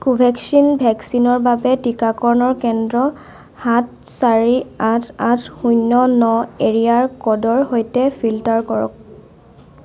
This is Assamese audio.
কোভেক্সিন ভেকচিনৰ বাবে টিকাকৰণৰ কেন্দ্ৰ সাত চাৰি আঠ আঠ শূন্য ন এৰিয়া ক'ডৰ সৈতে ফিল্টাৰ কৰক